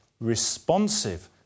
Responsive